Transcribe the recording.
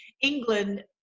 England